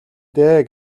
дээ